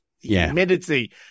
humidity